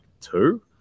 two